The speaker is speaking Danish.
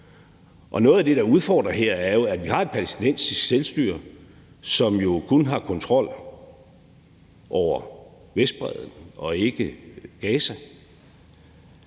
Noget af det, der udfordrer her, er jo, at vi har et palæstinensisk selvstyre, som jo kun har kontrol over Vestbredden og ikke Gaza.